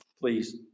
Please